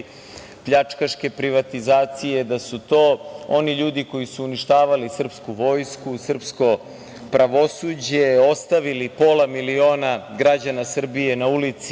pljačkaške privatizacije, da su to oni ljudi koji su uništavali srpsku vojsku, srpsko pravosuđe, ostavili pola miliona građana Srbije na ulici